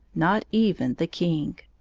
not even the king.